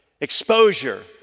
exposure